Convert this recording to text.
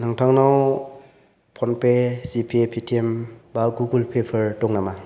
नोंथांनाव फ'नपे जिपे पेटिएम एबा गुगोल पे फोर दं नामा